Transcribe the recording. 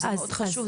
זה מאוד חשוב.